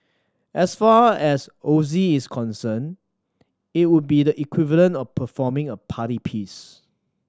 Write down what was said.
as far as O Z is concerned it would be the equivalent of performing a party piece